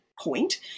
point